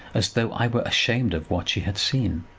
as though i were ashamed of what she had seen.